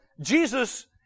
Jesus